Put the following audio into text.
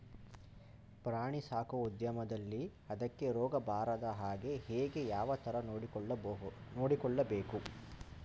ಪ್ರಾಣಿ ಸಾಕುವ ಉದ್ಯಮದಲ್ಲಿ ಅದಕ್ಕೆ ರೋಗ ಬಾರದ ಹಾಗೆ ಹೇಗೆ ಯಾವ ತರ ನೋಡಿಕೊಳ್ಳಬೇಕು?